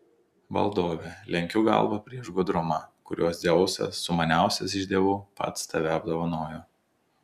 valdove lenkiu galvą prieš gudrumą kuriuo dzeusas sumaniausias iš dievų pats tave apdovanojo